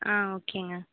ஆ ஓகேங்க